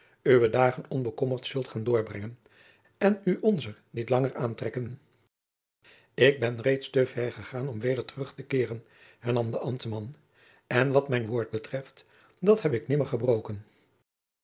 uwe dagen onbekommerd zult gaan doorbrengen en u onzer niet langer aantrekken ik ben reeds te ver gegaan om weder terug te keeren hernam de ambtman en wat mijn woord betreft dat heb ik nimmer gebroken